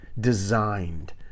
designed